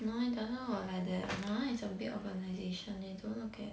mine doesn't work like that mine is a big organisation they don't look at